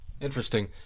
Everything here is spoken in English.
Interesting